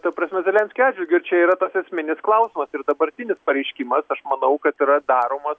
ta prasme zelenskio atžvilgiu ir čia yra tas esminis klausimas ir dabartinis pareiškimas aš manau kad yra daroma